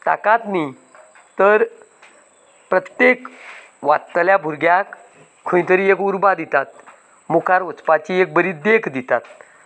ताकाच न्ही तर प्रत्येक वाचतल्या भुरग्याक खंय तरी एक उर्बा दितात मुखार वचपाची एक बरी देख दितात